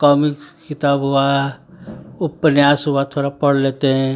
comic किताब हुआ उपन्यास हुआ थोड़ा पढ़ लेते हैं